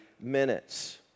minutes